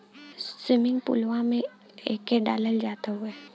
swimming पुलवा में एके डालल जात हउवे